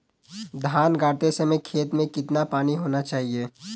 धान गाड़ते समय खेत में कितना पानी होना चाहिए?